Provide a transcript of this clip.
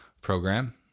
program